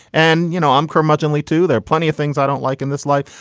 and you know, i'm curmudgeonly, too. there are plenty of things i don't like in this life.